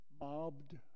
Mobbed